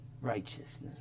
righteousness